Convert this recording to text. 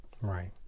Right